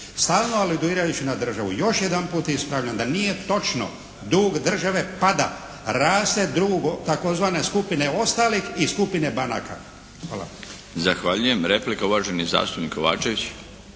stalno aludirajući na državu. Još jedanput ispravljam da nije točno, dug države pada. Raste dug tzv. skupine ostalih i skupine banaka. Hvala. **Milinović, Darko (HDZ)** Zahvaljujem. Replika, uvaženi zastupnik Kovačević.